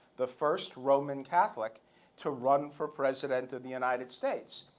the first roman catholic to run for president of the united states.